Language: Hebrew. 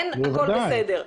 אין 'הכול בסדר',